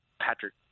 Patrick